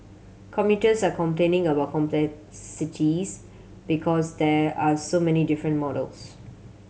commuters are complaining about complexities because there are so many different models